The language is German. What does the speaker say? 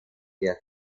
wird